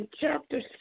chapter